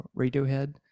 Radiohead